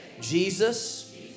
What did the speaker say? Jesus